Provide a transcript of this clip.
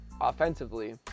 offensively